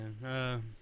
man